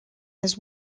his